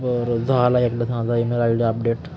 बरं झाला एकदाचा माझा ईमेल आय डी अपडेट